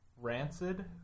Rancid